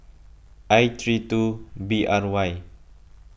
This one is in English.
I three two B R Y